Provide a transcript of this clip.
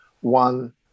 one